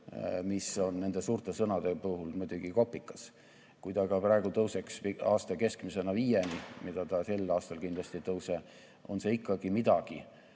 mis on nende suurte sõnade puhul muidugi kopikas. Kui ta ka praegu tõuseks aasta keskmisena viieni, mida ta sel aastal kindlasti ei tõuse, on see ikkagi midagi,